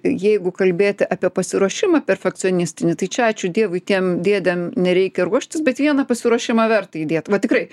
jeigu kalbėt apie pasiruošimą perfekcionistinį tai čia ačiū dievui tiem dėdėm nereikia ruoštis bet vieną pasiruošimą verta įdėt va tikrai